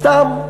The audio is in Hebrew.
סתם,